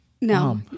No